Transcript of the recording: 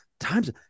Times